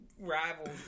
rivals